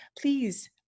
please